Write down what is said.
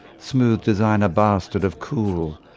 smooth designer bastard of cool,